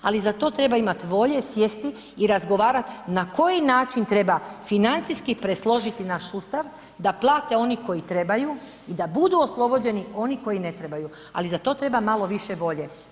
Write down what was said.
Ali za to treba imati volje, sjesti i razgovarati na koji način treba financijski presložiti naš sustav da plate oni koji trebaju i da budu oslobođeni oni koji ne trebaju, ali za to treba malo više volje.